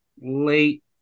late